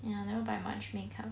ya I never buy much makeup